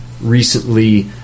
recently